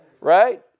Right